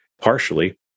partially